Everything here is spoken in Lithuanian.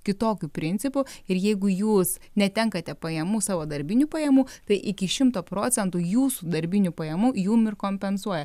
kitokiu principu ir jeigu jūs netenkate pajamų savo darbinių pajamų tai iki šimto procentų jūsų darbinių pajamų jum ir kompensuoja